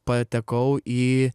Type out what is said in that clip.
patekau į